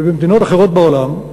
ובמדינות אחרות בעולם,